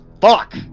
fuck